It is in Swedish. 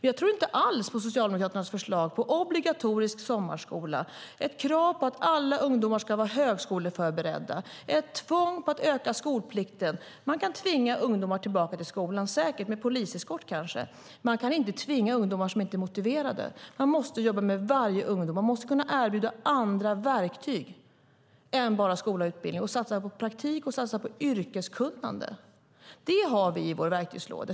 Jag tror inte alls på Socialdemokraternas förslag på obligatorisk sommarskola, ett krav på att alla ungdomar ska vara högskoleförberedda och ett tvång på att öka skolplikten. Man kan säkert tvinga ungdomar tillbaka skolan - kanske med poliseskort. Men man kan inte tvinga ungdomar som inte är motiverade. Man måste jobba med varje ungdom, och man måste kunna erbjuda andra verktyg än bara skola och utbildning. Man måste satsa på praktik och på yrkeskunnande. Det har vi i vår verktygslåda.